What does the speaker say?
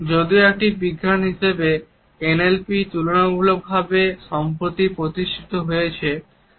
যদিও একটি বিজ্ঞান হিসেবে এনএলপি তুলনামূলকভাবে সম্প্রতি প্রতিষ্ঠিত হয়েছে